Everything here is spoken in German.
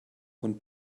und